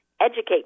Educate